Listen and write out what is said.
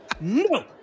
no